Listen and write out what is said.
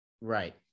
Right